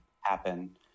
happen